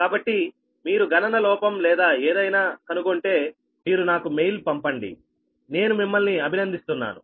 కాబట్టి మీరు గణన లోపం లేదా ఏదైనాకనుగొంటే మీరు నాకు మెయిల్ పంపండినేను మిమ్మల్నిఅభినందిస్తాను